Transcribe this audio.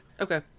Okay